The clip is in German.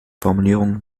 formulierungen